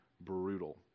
brutal